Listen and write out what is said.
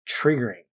triggering